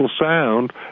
sound